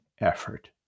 effort